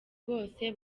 bwose